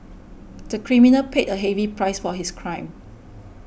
the criminal paid a heavy price for his crime